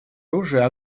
оружия